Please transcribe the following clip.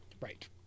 Right